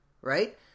right